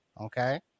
Okay